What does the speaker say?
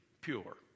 pure